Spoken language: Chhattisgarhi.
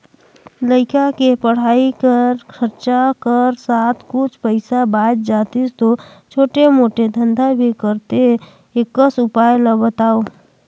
लइका के पढ़ाई कर खरचा कर साथ कुछ पईसा बाच जातिस तो छोटे मोटे धंधा भी करते एकस उपाय ला बताव?